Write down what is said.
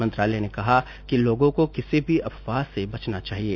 मंत्रालय ने कहा कि लोगों को किसी भी अफवाह से बचना चाहिए